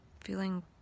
feeling